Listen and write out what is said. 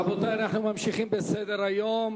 רבותי, אנחנו ממשיכים בסדר-היום.